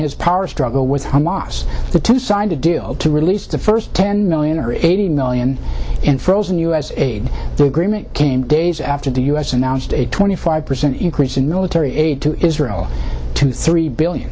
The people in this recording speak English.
his power struggle with hamas the two signed a deal to release the first ten million or eighty million in frozen u s aid the agreement came days after the u s announced a twenty five percent increase in military aid to israel to three billion